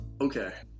Okay